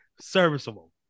serviceable